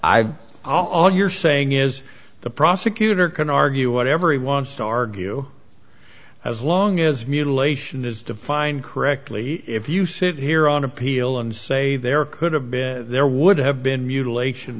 have all you're saying is the prosecutor can argue whatever he wants to argue as long as mutilation is defined correctly if you sit here on appeal and say there could have been there would have been mutilation